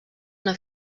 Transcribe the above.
una